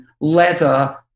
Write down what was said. leather